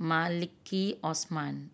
Maliki Osman